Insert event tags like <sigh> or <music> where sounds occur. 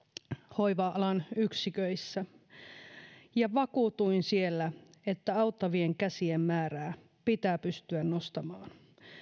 hoiva alan yksiköissä vakuutuin siellä <unintelligible> siitä että auttavien käsien määrää pitää pystyä nostamaan